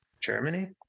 germany